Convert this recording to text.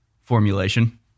formulation